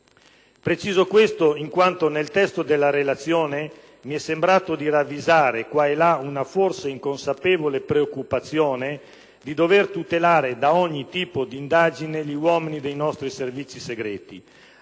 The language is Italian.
Preciso questo in quanto, nel testo della relazione, mi è sembrato di ravvisare una forse inconsapevole preoccupazione di dover tutelare da ogni tipo di indagine gli uomini dei nostri Servizi segreti,